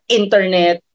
internet